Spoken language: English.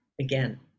again